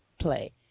play